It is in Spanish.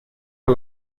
que